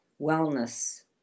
wellness